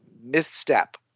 misstep